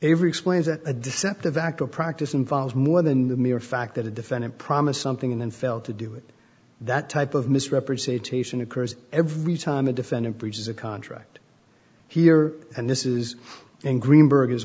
every explains a deceptive act or practice involves more than the mere fact that a defendant promised something and then fail to do it that type of misrepresentation occurs every time a defendant breaches a contract here and this is in greenberg as